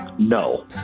No